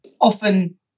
often